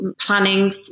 planning